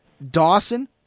Dawson